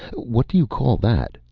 what do you call that,